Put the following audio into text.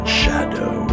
shadow